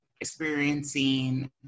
experiencing